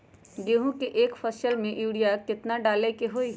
गेंहू के एक फसल में यूरिया केतना डाले के होई?